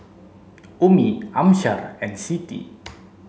Ummi Amsyar and Siti